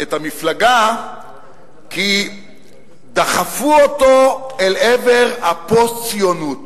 את המפלגה כי דחפו אותו אל עבר הפוסט-ציונות